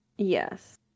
Yes